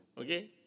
Okay